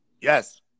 yes